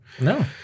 No